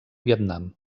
vietnam